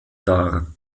dar